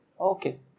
Okay